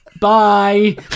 Bye